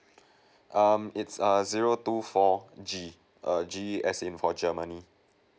um it's err zero two four G err G as in for germany